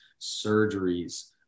surgeries